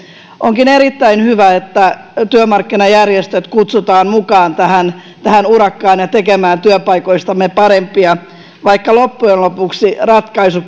onkin erittäin hyvä että työmarkkinajärjestöt kutsutaan mukaan tähän tähän urakkaan ja tekemään työpaikoistamme parempia vaikka loppujen lopuksi ratkaisu